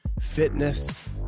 fitness